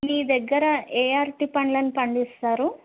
మీ దగ్గర ఏ అరటి పండ్లను పండిస్తారు